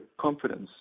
confidence